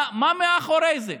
מה מאחורי זה?